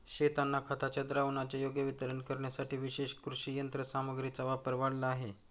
शेतांना खताच्या द्रावणाचे योग्य वितरण करण्यासाठी विशेष कृषी यंत्रसामग्रीचा वापर वाढला आहे